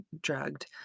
drugged